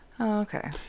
Okay